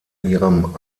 ihrem